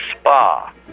Spa